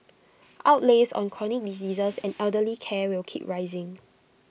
outlays on chronic diseases and elderly care will keep rising